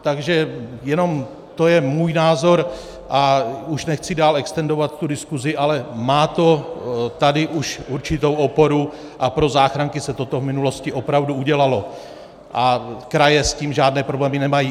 Takže jenom to je můj názor a už nechci dál extendovat diskusi, ale má to tady už určitou oporu a pro záchranky se toto v minulosti opravdu udělalo a kraje s tím žádné problémy nemají.